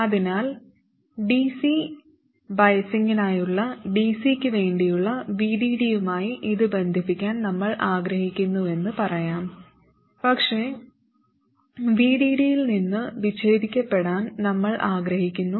അതിനാൽ dc ബയാസിംഗിനായുള്ള dc ക്ക് വേണ്ടിയുള്ള VDD യുമായി ഇത് ബന്ധിപ്പിക്കാൻ നമ്മൾ ആഗ്രഹിക്കുന്നുവെന്ന് പറയാം പക്ഷേ VDD യിൽ നിന്ന് വിച്ഛേദിക്കപ്പെടാൻ നമ്മൾ ആഗ്രഹിക്കുന്നു